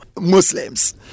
muslims